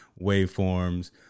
waveforms